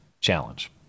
challenge